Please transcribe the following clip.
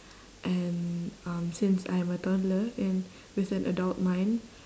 and um since I am a toddler and with an adult mind